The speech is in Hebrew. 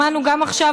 שמענו גם עכשיו,